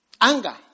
Anger